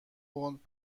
پوند